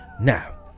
Now